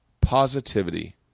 positivity